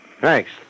Thanks